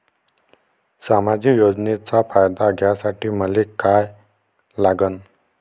सामाजिक योजनेचा फायदा घ्यासाठी मले काय लागन?